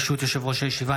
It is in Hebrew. ברשות יושב-ראש הישיבה,